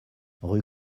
rue